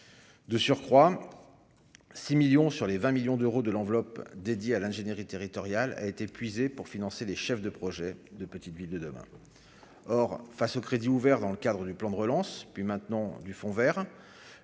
de surcroît 6 millions sur les 20 millions d'euros de l'enveloppe dédiée à l'ingénierie territoriale a été puiser pour financer les chefs de projets, de petites villes de demain or face au crédit ouvert dans le cadre du plan de relance, puis maintenant du Fonds Vert